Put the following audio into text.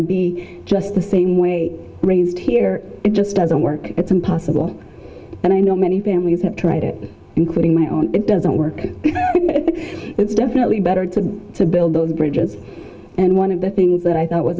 to be just the same way raised here it just doesn't work it's impossible and i know many families have tried it including my own it doesn't work it's definitely better to to build those bridges and one of the things that i thought was